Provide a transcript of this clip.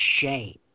shame